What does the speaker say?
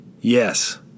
Yes